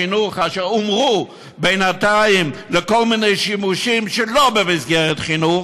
חינוך אשר הומרו בינתיים לכל מיני שימושים שלא במסגרת חינוך,